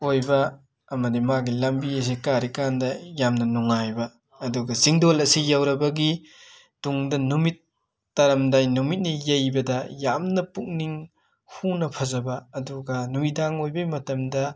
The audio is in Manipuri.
ꯑꯣꯏꯕ ꯑꯃꯅꯤ ꯃꯥꯒꯤ ꯂꯝꯕꯤꯁꯤ ꯀꯥꯔꯤꯀꯥꯟꯗ ꯌꯥꯝꯅ ꯅꯨꯡꯉꯥꯏꯕ ꯑꯗꯨꯒ ꯆꯤꯡꯗꯣꯜ ꯑꯁꯤ ꯌꯧꯔꯕꯗꯤ ꯇꯨꯡꯗ ꯅꯨꯃꯤꯠ ꯇꯥꯔꯝꯗꯥꯏ ꯅꯨꯃꯤꯠꯅ ꯌꯩꯕꯗ ꯌꯥꯝꯅ ꯄꯨꯛꯅꯤꯡ ꯍꯨꯅ ꯐꯖꯕ ꯑꯗꯨꯒ ꯅꯨꯃꯤꯗꯥꯡ ꯑꯣꯏꯕꯩ ꯃꯇꯝꯗ